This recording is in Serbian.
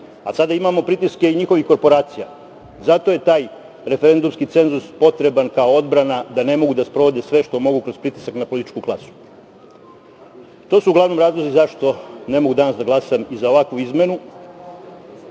a sada imamo i pritiske njihovih korporacija. Zato je taj referendumski cenzus potreban kao odbrana, da ne mogu da sprovode sve što mogu kroz političku klasu. To su uglavnom razlozi zašto ne mogu danas da glasam i za ovakvu izmenu,